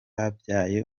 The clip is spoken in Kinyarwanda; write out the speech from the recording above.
yabyaye